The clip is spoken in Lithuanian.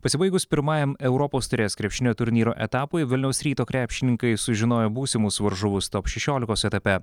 pasibaigus pirmajam europos taurės krepšinio turnyro etapui vilniaus ryto krepšininkai sužinojo būsimus varžovus top šešiolikos etape